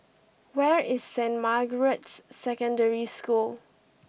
where is Saint Margaret's Secondary School